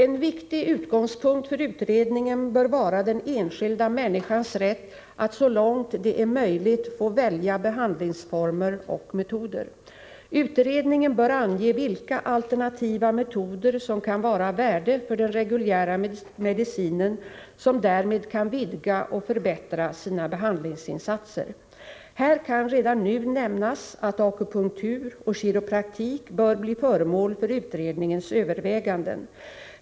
En viktig utgångspunkt för utredningen bör vara den enskilda människans rätt att så långt det är möjligt få välja behandlingsformer och metoder. Utredningen bör ange vilka alternativa metoder som kan vara av värde för den reguljära medicinen, som därmed kan vidga och förbättra sina behandlingsinsatser. Här kan redan nu nämnas att akupunktur och kiropraktik bör bli föremål för utredningens överväganden.